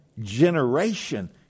generation